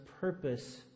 purpose